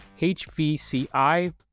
HVCI